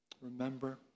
Remember